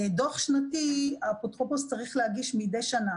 דוח שנתי האפוטרופוס צריך להגיש מידי שנה.